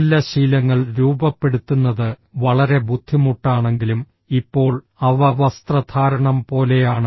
നല്ല ശീലങ്ങൾ രൂപപ്പെടുത്തുന്നത് വളരെ ബുദ്ധിമുട്ടാണെങ്കിലും ഇപ്പോൾ അവ വസ്ത്രധാരണം പോലെയാണ്